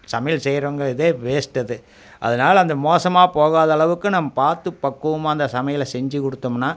சமையல் செய்கிறங்கிறதே வேஸ்ட் இது அதனால அந்த மோசமாக போகாத அளவுக்கு நம் பார்த்து பக்குவமாக அந்த சமையலை செஞ்சு கொடுத்தமுன்னா